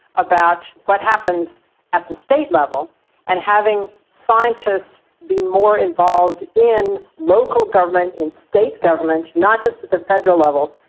about what happens at the state level and having scientists be more involved in local government, in state government, not just at the federal level,